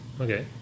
Okay